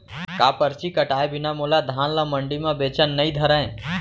का परची कटाय बिना मोला धान ल मंडी म बेचन नई धरय?